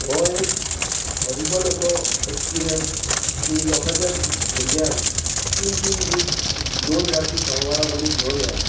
हो एक हॉरिबल असो एक्सपिरियन्स की लोकांच्या भुरग्यांक तीन तीन दीस दोन रातीं सांबाळप आनी घेवन येवप